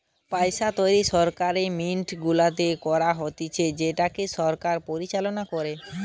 পইসা তৈরী সরকারি মিন্ট গুলাতে করা হতিছে যেটাকে সরকার পরিচালনা করে